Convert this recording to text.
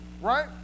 right